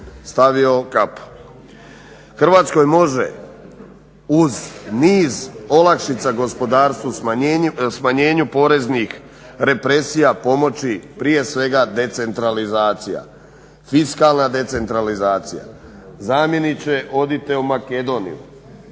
stavio kapu. Hrvatskoj može uz niz olakšica gospodarstvu, smanjenjem poreznih represija pomoći prije svega decentralizacija, fiskalna decentralizacija. Zamjeniče odite u Makedoniju,